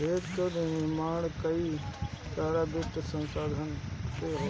hedge कअ निर्माण कई सारा वित्तीय संसाधन से होला